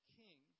king